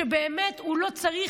שבאמת הוא לא צריך,